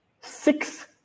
six